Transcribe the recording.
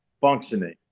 functioning